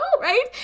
right